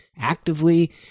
actively